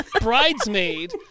bridesmaid